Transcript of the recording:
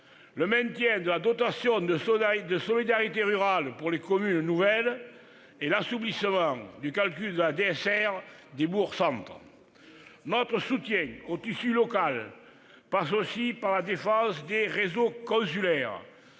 le maintien de la dotation de solidarité rurale pour les communes nouvelles et l'assouplissement du calcul de la DSR des bourgs-centres. Notre soutien au tissu local passe aussi par la défense des réseaux consulaires,